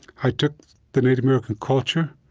i took the native american culture,